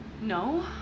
no